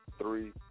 Three